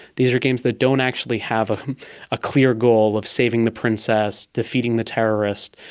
these are games that don't actually have a ah clear goal of saving the princess, defeating the terrorist,